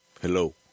Hello